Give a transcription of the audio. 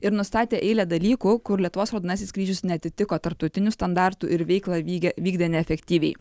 ir nustatė eilę dalykų kur lietuvos raudonasis kryžius neatitiko tarptautinių standartų ir veiklą vykdė neefektyviai